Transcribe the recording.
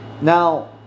Now